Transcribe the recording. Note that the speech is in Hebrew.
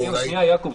הבריאות.